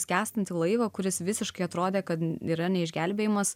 skęstantį laivą kuris visiškai atrodė kad yra ne išgelbėjimas